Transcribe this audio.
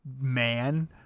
man